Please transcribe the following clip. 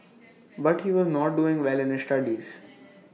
but he was not doing well in his studies